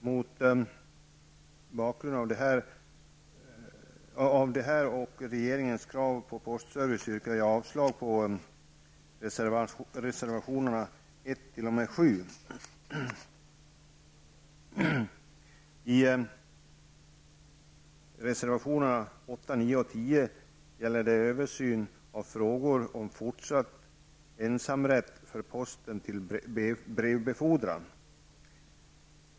Mot bakgrund av detta och regeringens krav på postservice yrkar jag avslag på reservationerna 1-- Reservationerna 8, 9 och 10 handlar om översynen på frågan om fortsatt ensamrätt för posten till brevbefordran.